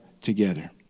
together